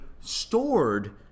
stored